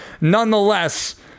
Nonetheless